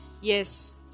yes